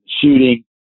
shooting